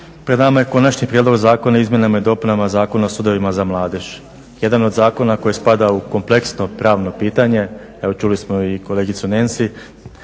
Pred nama je Konačni prijedlog zakona o izmjenama i dopunama Zakona o sudovima za mladež. Jedan od zakona koji spada u kompleksno pravno pitanje, evo čuli smo i kolegicu Nansi